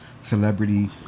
celebrity